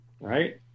Right